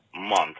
month